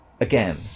Again